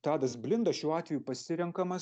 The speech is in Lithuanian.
tadas blinda šiuo atveju pasirenkamas